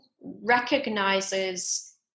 recognizes